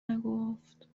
نگفت